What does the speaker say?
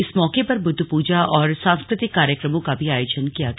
इस मौके पर बुद्धपूजा और सांस्कृ तिक कार्यक्रमों का भी आयोजन किया गया